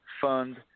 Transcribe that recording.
fund